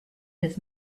his